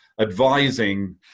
advising